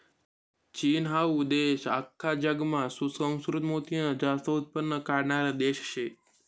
चीन हाऊ देश आख्खा जगमा सुसंस्कृत मोतीनं जास्त उत्पन्न काढणारा देश शे